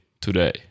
today